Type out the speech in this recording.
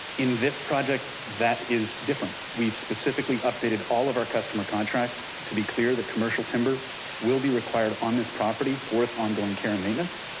in this project that is different. we've specifically updated all of our customer contracts to be clear that commercial timber will be required on this property for its ongoing care and maintenance,